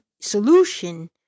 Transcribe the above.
solution